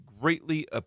greatly